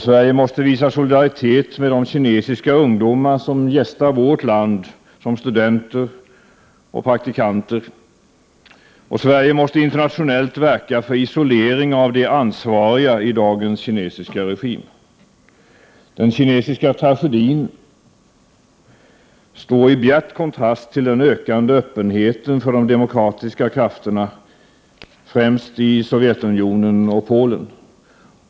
Sverige måste visa solidaritet med de kinesiska ungdomar som gästar vårt land som studenter och praktikanter. Sverige måste internationellt verka för isolering av de ansvariga i dagens kinesiska regim. Den kinesiska tragedin står i bjärt kontrast till den ökande öppenheten för de demokratiska krafterna främst i Sovjetunionen och Polen.